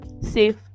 safe